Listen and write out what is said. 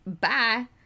bye